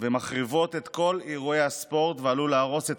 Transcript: ומחריבה את כל אירועי ספורט ועלולה להרוס את